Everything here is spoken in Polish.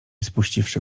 spuściwszy